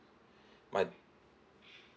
my